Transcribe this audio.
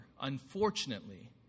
unfortunately